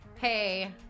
hey